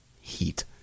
Heat